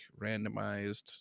randomized